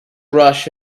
rush